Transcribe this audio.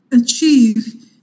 achieve